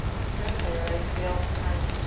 just notice how your legs feel sometimes.